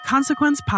Consequence